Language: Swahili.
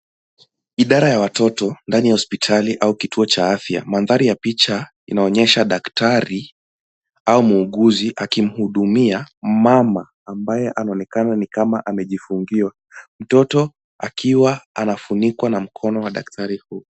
Idara ya watoto ndani ya hospitali au kituo cha afya. Maandhari ya picha inaonyesha daktari au muuguzi akimuhudumia mama ambaye anaonekana ni kama amejifungua. Mtoto akiwa anafunikwa na mkono wa daktari huyu.